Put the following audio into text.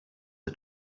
are